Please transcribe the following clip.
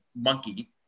monkey